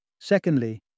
Secondly